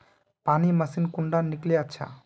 पानी मशीन कुंडा किनले अच्छा?